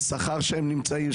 השכר שהם מקבלים,